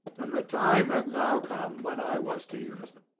and the time had now come when i was to use them.